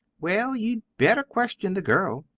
well, you'd better question the girl,